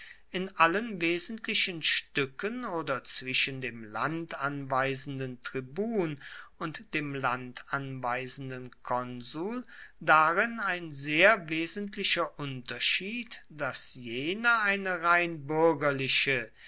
in allen wesentlichen stücken oder zwischen dem landanweisenden tribun und dem landanweisenden konsul darin ein sehr wesentlicher unterschied daß jener eine